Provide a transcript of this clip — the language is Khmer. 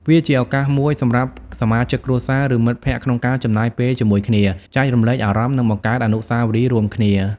វាជាឱកាសមួយសម្រាប់សមាជិកគ្រួសារ ឬមិត្តភក្តិក្នុងការចំណាយពេលជាមួយគ្នា ចែករំលែកអារម្មណ៍ និងបង្កើតអនុស្សាវរីយ៍រួមគ្នា។